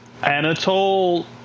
Anatole